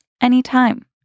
anytime